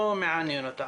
לא מעניין אותה.